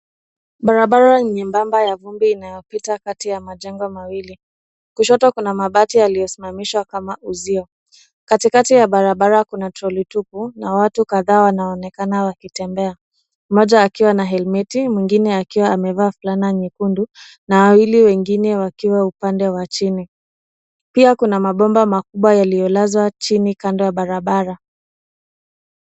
Barabara nyembamba ya vumbi inayopita kati ya majengo mawili. Kushoto kuna mabati yaliyosimamishwa kama uzio. Katikati ya barabara kuna troli tupu, na watu kadhaa wanaonekana wakitembea, mmoja akiwa na helmeti, mwingine akiwa amevaa fulana nyekundu, na wawili wengine wakiwa upande wa chini. Pia kuna mabomba makubwa yaliyolazwa chini kando ya barabara.